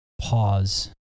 pause